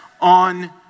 on